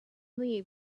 leave